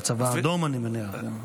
בצבא האדום, אני מניח.